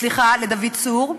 סליחה, לדוד צור.